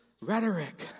rhetoric